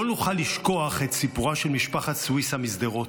לא נוכל לשכוח את סיפורה של משפחה סויסה משדרות,